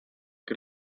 que